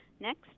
Next